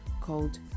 called